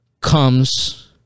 comes